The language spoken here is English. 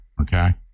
okay